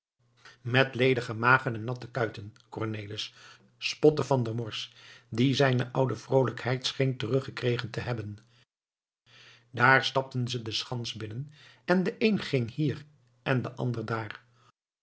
met ledige magen en natte kuiten cornelis spotte van der morsch die zijne oude vroolijkheid scheen teruggekregen te hebben daar stapten ze de schans binnen en de een ging hier en de ander daar